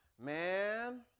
Man